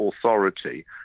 authority